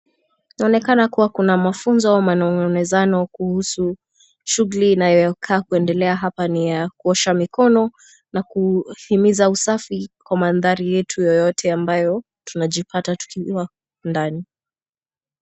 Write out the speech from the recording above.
Inaonekana kuwa kuna mafunzo au manongonezano kuhusu shughuli inayokaa kuendelea hapa ni ya kuosha mikono na kuhimiza usafi kwa maathari yetu yoyote ambayo tunajipata tukiwa ndani.